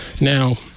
now